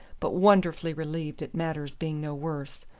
but wonderfully relieved at matters being no worse.